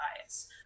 bias